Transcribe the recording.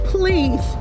Please